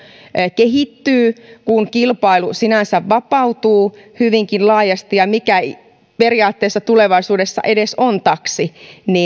kehittyy kun kilpailu sinänsä vapautuu hyvinkin laajasti ja mikä tulevaisuudessa periaatteessa edes on taksi